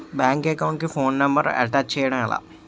Bank account కి phone number attach చేయడం ఎలా?